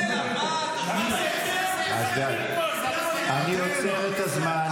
--- אני עוצר את הזמן.